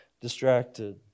distracted